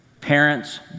Parents